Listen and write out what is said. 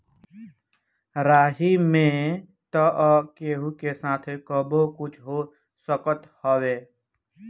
राही में तअ केहू के साथे कबो कुछु हो सकत हवे